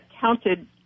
counted